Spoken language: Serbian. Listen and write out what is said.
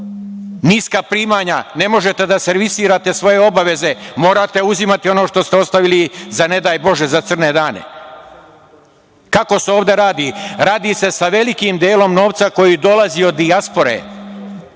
niska primanja, ne možete da servisirate svoje obaveze, morate uzimati ono što ste ostavili za ne daj Bože, za crne dane. Kako se ovde radi? Radi se sa velikim delom novca koji dolazi od dijaspore.